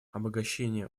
обогащение